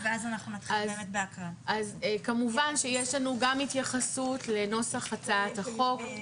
אז כמובן שיש לנו גם התייחסות לנוסח הצעת החוק.